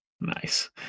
Nice